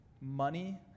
money